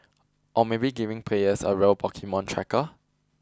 or maybe giving players a real Pokemon tracker